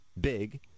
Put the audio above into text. big